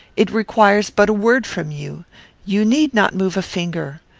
it requires but a word from you you need not move a finger.